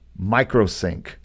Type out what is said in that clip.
microsync